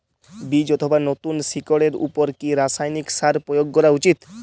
বীজ অথবা নতুন শিকড় এর উপর কি রাসায়ানিক সার প্রয়োগ করা উচিৎ?